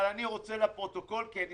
אבל אני רוצה את זה לפרוטוקול כי אני